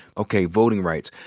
okay, voting rights.